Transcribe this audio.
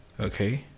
Okay